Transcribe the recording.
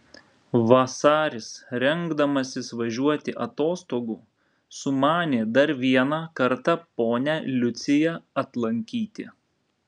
vasaris rengdamasis važiuoti atostogų sumanė dar vieną kartą ponią liuciją atlankyti